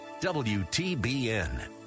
WTBN